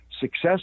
Success